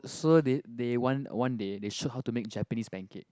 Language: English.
so they they one one day they shoot how to make Japanese pancake